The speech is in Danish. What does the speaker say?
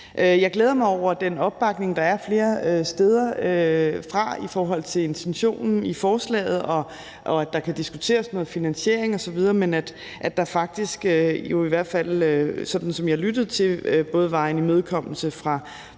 Jeg glæder mig over den opbakning, der er flere steder fra, i forhold til intentionen i forslaget, og at der kan diskuteres noget finansiering osv., men at der jo faktisk i hvert fald, sådan som jeg lyttede mig til det, både var en imødekommelse fra Venstre,